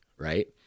right